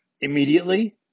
immediately